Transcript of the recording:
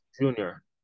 junior